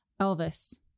elvis